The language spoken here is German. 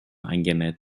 eingenäht